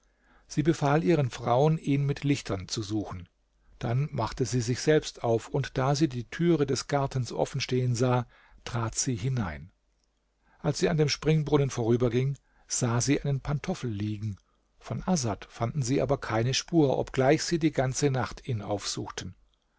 sie befahl ihren frauen ihn mit lichtern zu suchen dann machte sie sich selbst auf und da sie die türe des gartens offen stehen sah trat sie hinein als sie an dem springbrunnen vorüberging sah sie einen pantoffel liegen von asad fanden sie aber keine spur obgleich sie die ganze nacht ihn aufsuchten